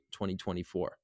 2024